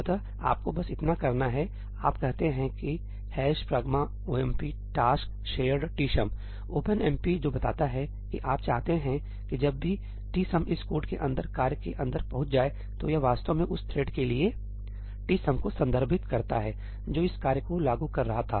अतः आपको बस इतना करना है आप कहते हैं कि 'hash pragma omp task shared tsum' OpenMP जो बताता है कि आप चाहते हैं कि जब भी tsum इस कोड के अंदर कार्य के अंदर पहुँचा जाए तो यह वास्तव में उस थ्रेड के लिए tsum को संदर्भित करता है जो इस कार्य को लागू कर रहा था